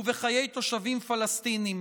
ובחיי תושבים פלסטינים.